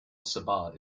sabah